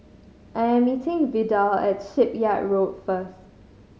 I'm meeting Vidal at Shipyard Road first